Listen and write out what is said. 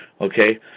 okay